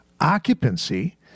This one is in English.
Occupancy